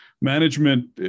Management